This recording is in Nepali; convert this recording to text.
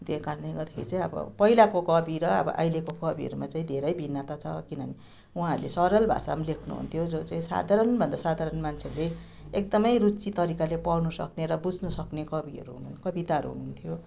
त्यही कारणले गर्दाखेरि चाहिँ अब पहिलाको कवि र अब अहिलेको कविहरूमा चाहिँ धेरै भिन्नता छ किनभने उहाँहरूले सरल भाषामा लेख्नुहुन्थ्यो जो चाहिँ साधारणभन्दा साधारण मान्छेले एकदमै रुचि तरिकाले पढ्नसक्ने र बुझ्नसक्ने कविहरू हु कविताहरू हुनुहुन्थ्यो